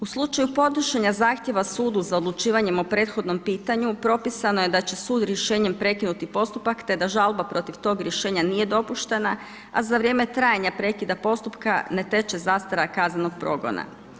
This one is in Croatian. U slučaju podnošenja zahtjeva sudu za odlučivanjem o prethodnom pitanju propisano je da će sud rješenjem prekinuti postupak te da žalba protiv tog rješenja nije dopuštena a za vrijeme trajanja prekida postupka ne teče zastara kaznenog progona.